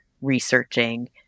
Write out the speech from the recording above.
researching